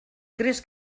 crees